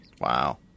Wow